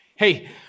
Hey